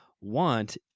want